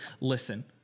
listen